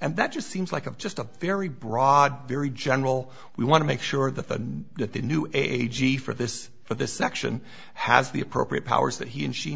and that just seems like of just a very broad very general we want to make sure that the the new agey for this for this section has the appropriate powers that he and she